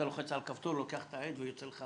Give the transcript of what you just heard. אתה לוחץ על כפתור ולוקח את העט ויוצא לך